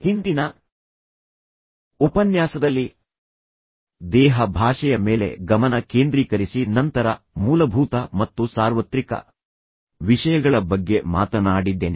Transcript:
ಹಿಂದಿನ ಉಪನ್ಯಾಸದಲ್ಲಿ ದೇಹ ಭಾಷೆಯ ಮೇಲೆ ಗಮನ ಕೇಂದ್ರೀಕರಿಸಿ ನಂತರ ಮೂಲಭೂತ ಮತ್ತು ಸಾರ್ವತ್ರಿಕ ವಿಷಯಗಳ ಬಗ್ಗೆ ಮಾತನಾಡಿದ್ದೇನೆ